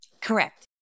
Correct